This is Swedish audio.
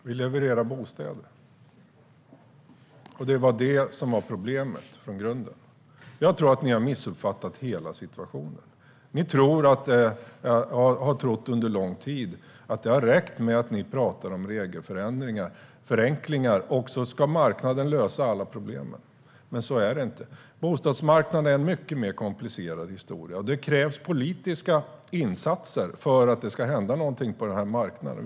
Herr talman! Vi levererar bostäder. Det var det som var problemet från grunden. Jag tror att ni har missuppfattat hela situationen. Ni har under lång tid trott att det räcker med att ni pratar om regelförändringar och förenklingar, och sedan ska marknaden lösa alla problem. Så är det inte. Bostadsmarknaden är en mycket mer komplicerad historia. Det krävs politiska insatser för att det ska hända någonting på marknaden.